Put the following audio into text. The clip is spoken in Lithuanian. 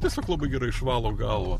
tiesiog labai gerai išvalo galvą